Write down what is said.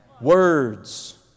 Words